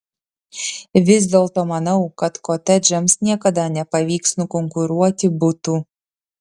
vis dėlto manau kad kotedžams niekada nepavyks nukonkuruoti butų